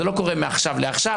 זה לא קורה מעכשיו לעכשיו,